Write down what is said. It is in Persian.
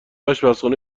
آشپزخونه